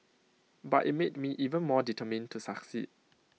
but IT made me even more determined to succeed